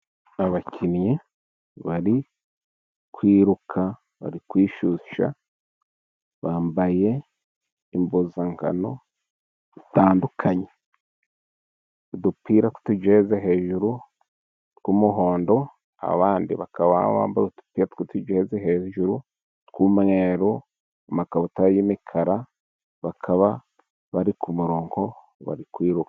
Abakinnyi bari kwiruka, bari kwishyushya bambaye impuzankano zitandukanye. Udupira tw'utujeze hejuru tw'umuhondo, abandi bakaba bambaye udupira tw'utugeze hejuru tw'umweru, amakabutura y'imikara, bakaba bari ku murongo bari kwiruka.